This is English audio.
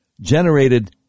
generated